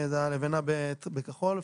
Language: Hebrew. זה הלבנה בכחול,